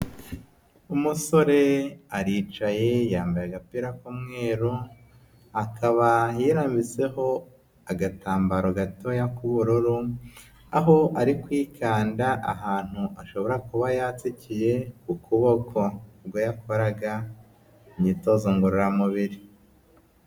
Umusore aricaye yambaye agapira k'umweru, akaba yarambiseho agatambaro gatoya k'ubururu, aho ari kwikanda ahantu ashobora kuba yatsikiyeye ukuboko ubwo yakoraga imyitozo ngororamubiri.